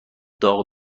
داغ